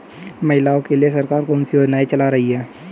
महिलाओं के लिए सरकार कौन सी योजनाएं चला रही है?